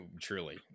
truly